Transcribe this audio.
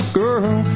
girl